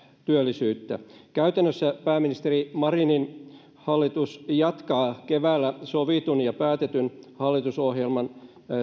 työllisyyttä käytännössä pääministeri marinin hallitus jatkaa keväällä sovitun ja päätetyn hallitusohjelman